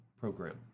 program